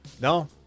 No